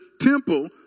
temple